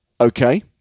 Okay